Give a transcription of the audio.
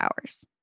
hours